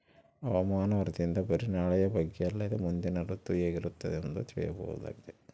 ಹವಾಮಾನ ವರದಿಯಿಂದ ಬರಿ ನಾಳೆಯ ಬಗ್ಗೆ ಅಲ್ಲದೆ ಮುಂದಿನ ಋತು ಹೇಗಿರುತ್ತದೆಯೆಂದು ತಿಳಿಯಬಹುದಾಗಿದೆ